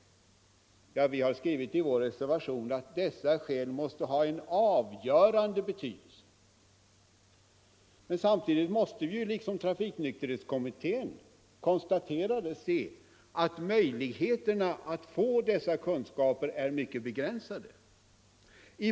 Vi har i reservationen skrivit att ”humanitära och medicinska aspekter och sekretesskäl måste ges en avgörande betydelse”. Men samtidigt måste vi liksom trafiknykterhetskommittén konstatera att möjligheterna att få dessa kunskaper är mycket begränsade.